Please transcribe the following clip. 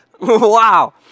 Wow